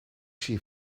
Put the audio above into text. she